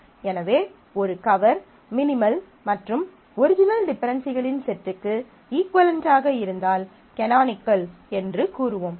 எனவே ஒரு cover minimal மற்றும் ஒரிஜினல் டிபென்டென்சிகளின் செட்டுக்கு இஃக்குவளென்டாக இருந்தால் கனானிக்கல் என்று கூறுவோம்